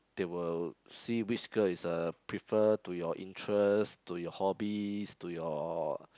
they will see which girl is uh prefer to your interest to your hobbies to your